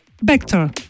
Vector